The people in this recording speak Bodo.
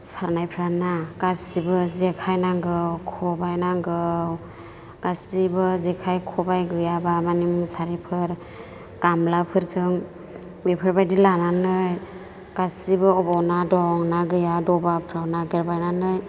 सारनायफोराना गासैबो जेखाय नांगौ खबाय नांगौ गासैबो जेखाय खबाय गैयाब्ला माने मुसारिफोर गामलाफोरजों बेफोरबायदि लानानै गासैबो बबेयाव ना दं बबेयाव ना गैया दबाफोराव नागिरबायनानै